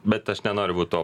bet aš nenoriu būt tuo